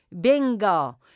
bingo